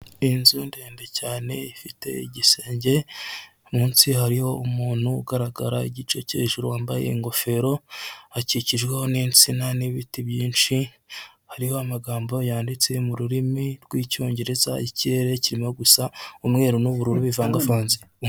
Inzu ndende cyane ifite igisenge munsi hariho umuntu ugaragara igice cyo hejuru wambaye ingofero, hakikijweho n'insina n'ibiti byinshi hariho amagambo yanditse mu rurimi rw'icyongereza, ikirere kirimo gusa umweru n'ubururu bivangavanze.